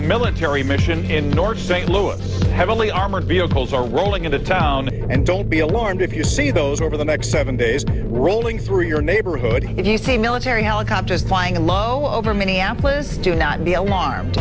military mission in north st louis heavily armored vehicles are rolling into town and don't be alarmed if you see those over the next seven days rolling through your neighborhood if you see military helicopters flying low over minneapolis to not be alarmed